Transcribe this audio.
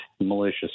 malicious